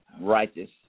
righteous